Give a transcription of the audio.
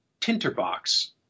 tinterbox